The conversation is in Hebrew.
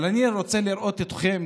אבל אני רוצה לראות אתכם,